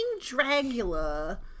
Dracula